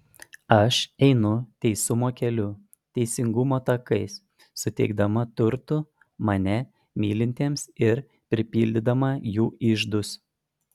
aš einu teisumo keliu teisingumo takais suteikdama turtų mane mylintiems ir pripildydama jų iždus